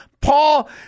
Paul